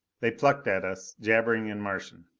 they plucked at us, jabbering in martian.